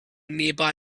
nearby